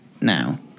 now